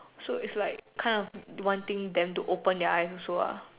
so it's like kind of wanting them to open their eyes also ah